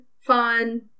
fun